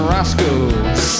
Roscoe